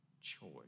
choice